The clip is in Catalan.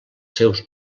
seus